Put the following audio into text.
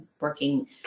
working